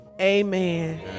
Amen